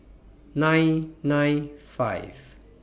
nine nine five